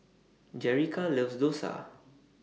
Jerica loves Dosa